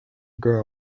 girl